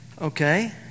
okay